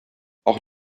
auch